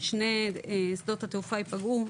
שני שדות התעופה ייפגעו,